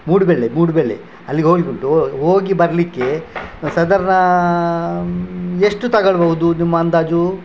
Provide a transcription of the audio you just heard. ಮೂಡ್ಬೆಳ್ಳೆ ಮೂಡ್ಬೆಳ್ಳೆ ಅಲ್ಲಿಗೆ ಹೋಗ್ಲಿಕ್ಕುಂಟು ಹೋಗಿ ಬರಲಿಕ್ಕೆ ಸಾಧಾರಣ ಎಷ್ಟು ತಗೊಳ್ಬೋದು ನಿಮ್ಮ ಅಂದಾಜು